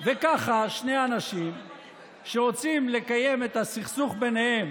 וככה שני אנשים שרוצים לסיים את הסכסוך ביניהם